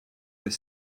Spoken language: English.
his